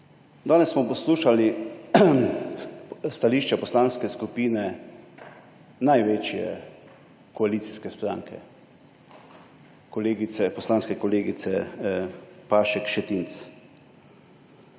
Danes smo poslušali stališče poslanske skupine največje koalicijske stranke, poslanske kolegice Pašek Šetinc.